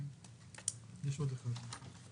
בזום.